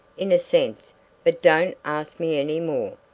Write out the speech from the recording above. in a sense but don't ask me any more.